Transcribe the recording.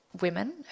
women